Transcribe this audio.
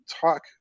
talk